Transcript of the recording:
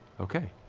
okay.